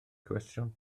gwestiwn